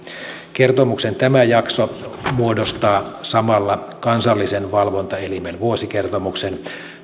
kertomuksen jakso muodostaa samalla kansallisen valvontaelimen vuosikertomuksen